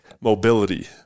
mobility